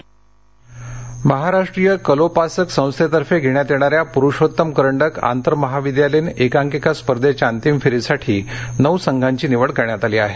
परूषोत्तम महाराष्ट्रीय कलोपासक संस्थेतर्फे घेण्यातयेणाऱ्या पुरषोत्तम करंडक आंतरमहाविद्यालयीन क्रांकिका स्पर्धेच्या अंतीमफेरीसाठी नऊ संघांची निवड करण्यात आली आहे